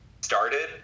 started